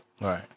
right